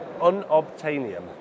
Unobtainium